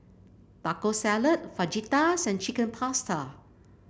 Taco Salad Fajitas and Chicken Pasta